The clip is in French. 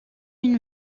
une